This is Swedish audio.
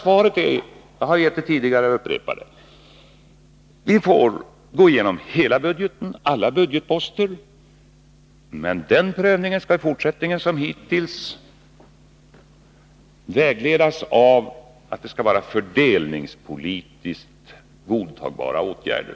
Svaret är som jag har sagt tidigare: Vi får gå igenom alla budgetposter, och vid den prutningen skall vi i fortsättningen som hittills vägledas av att det skall vara fördelningspolitiskt godtagbara åtgärder.